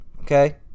Okay